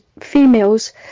females